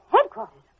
Headquarters